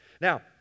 Now